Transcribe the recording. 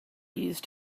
used